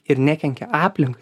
ir nekenkia aplinkai